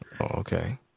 okay